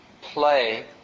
play